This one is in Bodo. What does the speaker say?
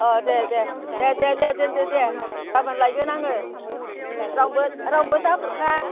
अ दे दे दे दे दे दोन्दो दे गाबोन लायगोन आङो रावनोबो रावनोबो दा हरखा